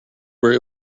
where